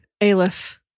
Aleph